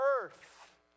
earth